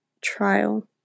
trial